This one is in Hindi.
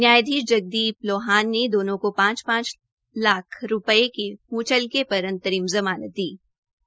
न्यायाधीश जगदीप लोहान ने दोनों को पांच पांच लाख रूपे के म्चलके पर अंतरिम जमानत दी